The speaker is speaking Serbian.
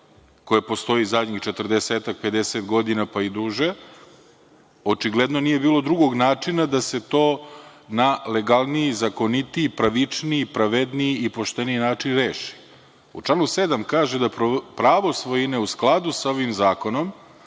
koje postoje poslednjih 40-50 godina, pa i duže, očigledno nije bilo drugog načina da se to na legalniji, zakonitiji, pravičniji, pravedniji i pošteniji način reši.U članu 7. se kaže da „pravo svojine, u skladu sa ovim zakonom,